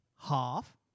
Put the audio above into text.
half